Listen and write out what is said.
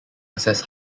assess